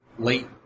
late